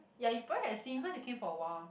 ya you probably have seen because you came for awhile